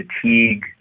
fatigue